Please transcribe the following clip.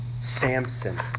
Samson